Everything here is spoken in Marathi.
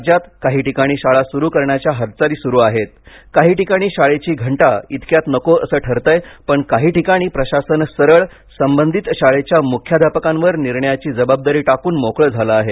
राज्यात काही ठिकाणी शाळा सुरू करण्याच्या हालचाली सुरू आहेत काही ठिकाणी शाळेची घंटा इतक्यात नको असं ठरतंय पण काही ठिकाणी प्रशासन सरळ संबंधित शाळेच्या म्ख्याध्यापकावर निर्णयाची जबाबदारी टाकून मोकळ झाल आहे